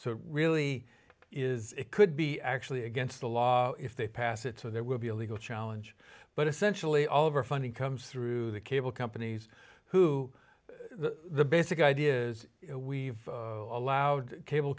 so it really is it could be actually against the law if they pass it so there will be a legal challenge but essentially all over funding comes through the cable companies who the basic idea is we've allowed cable